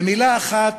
במילה אחת,